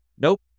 nope